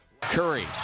Curry